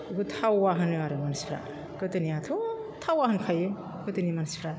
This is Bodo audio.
बेखौ थावा होनो आरो मानसिफ्रा गोदोनियाथ' थावा होनखायो गोदोनि मानसिफ्रा